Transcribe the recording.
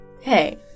Hey